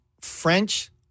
French